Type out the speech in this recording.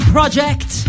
Project